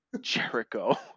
Jericho